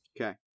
Okay